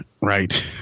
Right